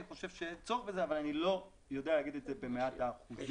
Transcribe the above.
אני חושב שאין צורך בזה אבל אני לא יודע להגיד את זה במאת האחוזים.